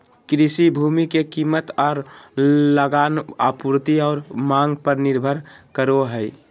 कृषि भूमि के कीमत और लगान आपूर्ति और मांग पर निर्भर करो हइ